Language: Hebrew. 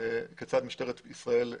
כיצד משטרת ישראל פועלת.